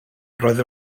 roedd